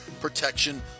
protection